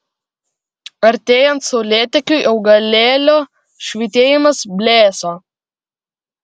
artėjant saulėtekiui augalėlio švytėjimas blėso